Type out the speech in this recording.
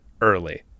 early